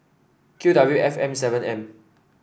Q W F M seven M